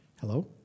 hello